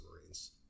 Marines